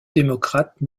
démocrate